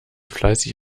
fleißig